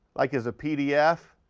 like, as a pdf,